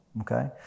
Okay